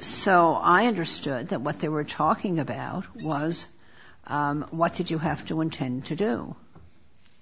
that what they were talking about was what did you have to intend to do